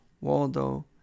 Waldo